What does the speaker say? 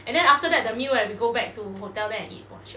and then after that the you ever go back to hotel there eat watch